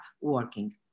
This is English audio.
working